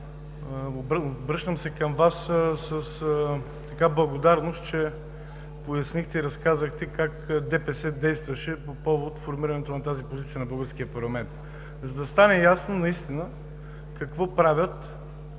обръщам се към Вас с благодарност, че пояснихте и разказахте как ДПС действаше по повод формирането на тази позиция на българския парламент, за да стане ясно наистина какво правят,